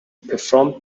performed